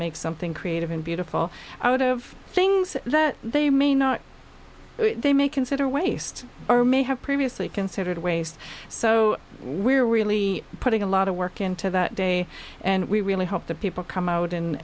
make something creative and beautiful out of things that they may not they may consider waste or may have previously considered waste so we're really putting a lot of work into that day and we really hope that people come out and